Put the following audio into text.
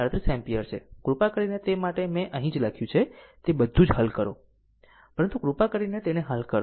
37 ampere છે કૃપા કરીને તે માટે મેં અહીં જે લખ્યું છે તે બધું જ હલ કરો પરંતુ કૃપા કરીને તેને હલ કરો